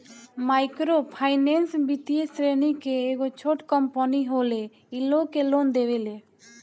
micro finance वित्तीय श्रेणी के एगो छोट कम्पनी होले इ लोग के लोन देवेले